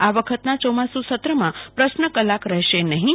આ વખતના ચોમાસુ સત્રમાં પ્રશ્ન કલાક રહેશે નહિં